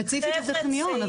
ספציפית בטכניון,